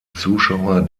zuschauer